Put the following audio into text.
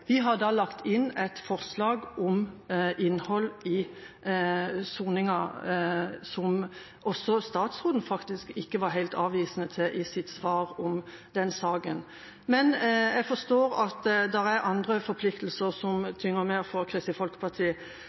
Vi har lagt inn et forslag om innhold i soninga, som heller ikke statsråden var helt avvisende til i sitt svar til den saka. Men jeg forstår at det er andre forpliktelser som tynger mer for Kristelig Folkeparti.